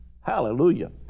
Hallelujah